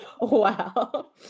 Wow